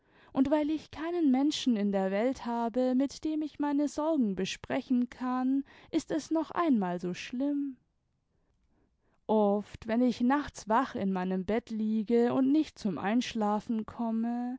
und weil ich keinen menschen in der welt habe mit dem ich meine sorgen besprechen kann ist es noch einmal so schlimm oft weim ich nachts wach in meinem bett liege und nicht zum einschlafen komme